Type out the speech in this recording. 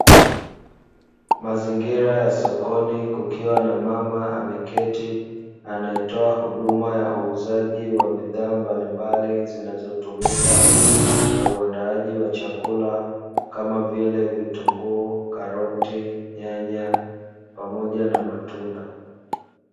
Mazingira ya sokoni kukiwa na mama ameketi anaetoa huduma ya uuzaji wa bidhaa mbalimbali zinazotumika katika uandaaji wa wa chakula kama vile vitunguu, karoti, nyanya pamoja na matunda.